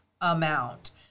amount